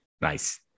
nice